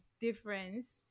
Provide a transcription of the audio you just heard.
difference